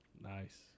Nice